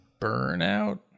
burnout